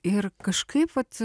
ir kažkaip vat